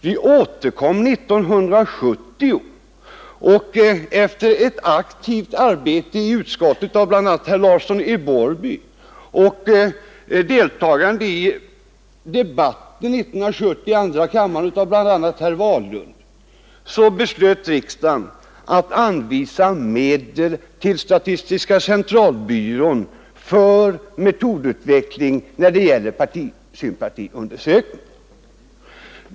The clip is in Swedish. Vi återkom 1970, och efter ett aktivt arbete i utskottet av bl.a. herr Larsson i Borrby och deltagande i debatten i andra kammaren av bl.a. herr Wahlund beslöt riksdagen att anvisa medel till statistiska centralbyrån för metodutveckling i fråga om partisympatiundersökningar.